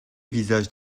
visages